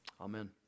Amen